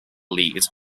lead